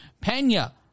Pena